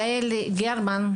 יעל גרמן,